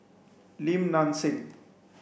Lim Nang Seng